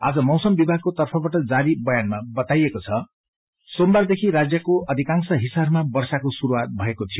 आज मौसम विभगको तर्फबाट जारी बयानमा बताइएको छ कि सोमबार देखि राज्यको अधिकांश हिस्साहरूमा वर्षाको शुरूवात भएको थियो